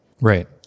Right